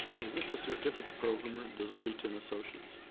is this a certificate program or does it lead to an associates?